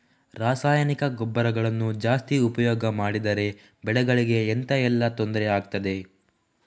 ರಾಸಾಯನಿಕ ಗೊಬ್ಬರಗಳನ್ನು ಜಾಸ್ತಿ ಉಪಯೋಗ ಮಾಡಿದರೆ ಬೆಳೆಗಳಿಗೆ ಎಂತ ಎಲ್ಲಾ ತೊಂದ್ರೆ ಆಗ್ತದೆ?